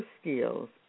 skills